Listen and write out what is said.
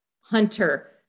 hunter